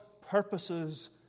purposes